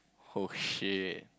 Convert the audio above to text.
oh shit